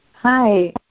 Hi